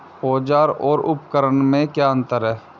औज़ार और उपकरण में क्या अंतर है?